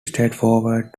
straightforward